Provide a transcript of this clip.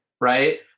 right